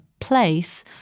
place